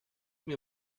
mir